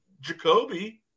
Jacoby